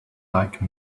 like